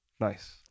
Nice